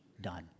done